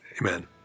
Amen